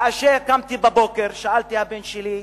כאשר קמתי בבוקר שאלתי את הבן שלי: